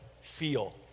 feel